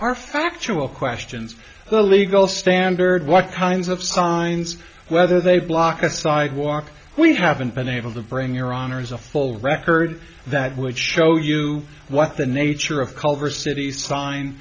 are factual questions the legal standard what kinds of signs whether they block a sidewalk we haven't been able to bring your honour's a full record that would show you what the nature of culver city